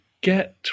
get